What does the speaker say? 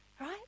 right